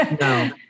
No